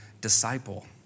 disciple